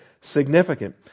significant